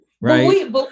right